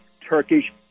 Turkish